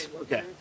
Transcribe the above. Okay